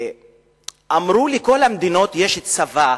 אמרו לי, לכל המדינות יש צבא,